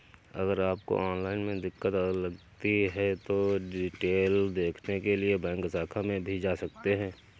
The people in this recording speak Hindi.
अगर आपको ऑनलाइन में दिक्कत लगती है तो डिटेल देखने के लिए बैंक शाखा में भी जा सकते हैं